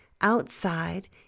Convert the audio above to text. outside